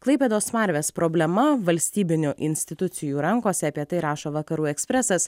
klaipėdos smarvės problema valstybinių institucijų rankose apie tai rašo vakarų ekspresas